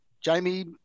Jamie